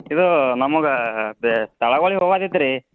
ಇದು ನಮ್ಗೆ ಅದೇ ಸ್ಥಳಗಳಿಗೆ ಹೋಗದಿತ್ತು ರೀ